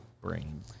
brain